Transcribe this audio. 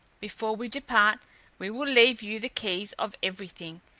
before we depart we will leave you the keys of everything,